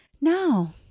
No